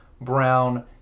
brown